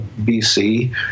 BC